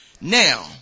Now